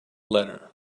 letter